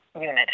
unit